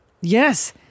Yes